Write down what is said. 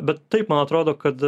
bet taip man atrodo kad